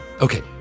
Okay